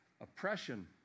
oppression